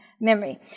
memory